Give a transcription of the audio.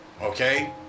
Okay